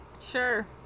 sure